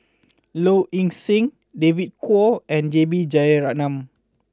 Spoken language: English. Low Ing Sing David Kwo and J B Jeyaretnam